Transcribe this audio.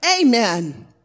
Amen